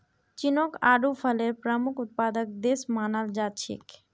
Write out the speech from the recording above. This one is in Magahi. चीनक आडू फलेर प्रमुख उत्पादक देश मानाल जा छेक